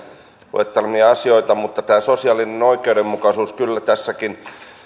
luettelemia asioita mutta tämä sosiaalinen oikeudenmukaisuus kyllä tässäkin